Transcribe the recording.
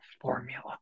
formula